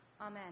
Amen